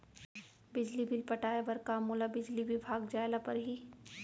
बिजली बिल पटाय बर का मोला बिजली विभाग जाय ल परही?